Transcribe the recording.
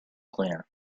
cleaner